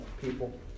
people